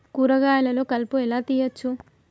కూరగాయలలో కలుపు ఎలా తీయచ్చు?